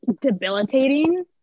debilitating